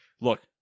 Look